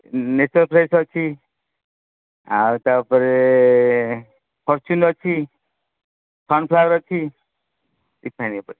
Nature Fresh ଅଛି ଆଉ ତାପରେ ଫର୍ଚ୍ୟୁନ୍ ଅଛି ସନଫ୍ଲାୱାର୍ ଅଛି ରିଫାଇନ୍ ଉପରେ